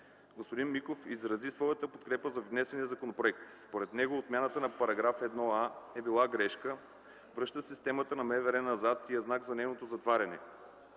Господин Михаил Миков изрази своята подкрепа за внесения законопроект. Според него отмяната на § 1а е била грешка, връща системата на МВР назад и е знак за нейното затваряне.